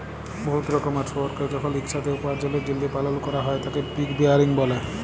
বহুত রকমের শুয়রকে যখল ইকসাথে উপার্জলের জ্যলহে পালল ক্যরা হ্যয় তাকে পিগ রেয়ারিং ব্যলে